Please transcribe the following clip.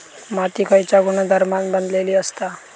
माती खयच्या गुणधर्मान बनलेली असता?